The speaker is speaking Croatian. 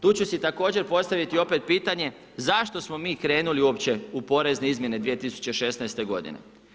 Tu ću si također postaviti opet pitanje zašto smo mi krenuli uopće u porezne izmjene 2016. godine.